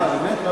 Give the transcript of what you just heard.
אה, באמת?